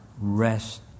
Rest